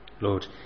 Lord